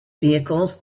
vehicles